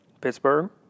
Pittsburgh